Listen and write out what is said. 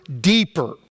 deeper